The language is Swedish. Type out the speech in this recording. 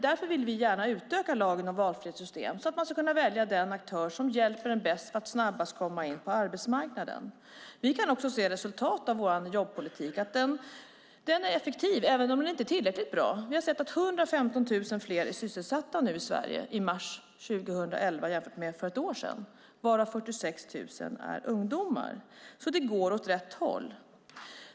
Därför vill vi gärna utöka lagen om valfrihetssystem så att man kan välja den aktör som bäst hjälper en med att snabbast komma in på arbetsmarknaden. Vi kan också se resultat av vår jobbpolitik. Den är effektiv, även om den inte är tillräckligt bra. Vi har sett att i mars 2011 var 115 000 fler sysselsatta i Sverige än som var fallet i mars för ett år sedan. 46 000 av dessa är ungdomar. Det går alltså åt rätt håll.